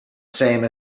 same